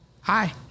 Hi